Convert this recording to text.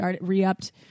re-upped